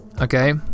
Okay